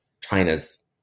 China's